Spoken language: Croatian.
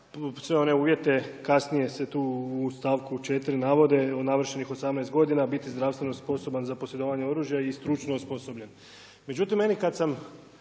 sve one uvjete, kasnije se tu u stavku 4. navode od navršenih 18 godina, biti zdravstveno sposoban za posjedovanje oružja i stručno osposobljen. Međutim, meni kad sam